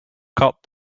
caught